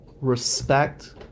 Respect